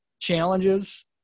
Challenges